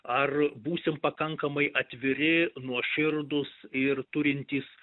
ar būsim pakankamai atviri nuoširdūs ir turintys